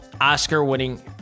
oscar-winning